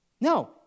No